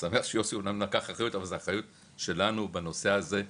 שמח שיוסי אמנם לקח את זה אבל זו האחריות שלנו בנושא הזה.